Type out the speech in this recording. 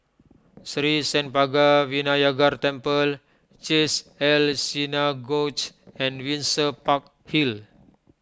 Sri Senpaga Vinayagar Temple Chesed El Synagogue and Windsor Park Hill